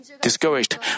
discouraged